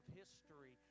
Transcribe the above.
history